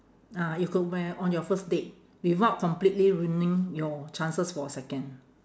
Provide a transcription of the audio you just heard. ah you could wear on your first date without completely ruining your chances for a second